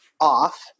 off